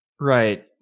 Right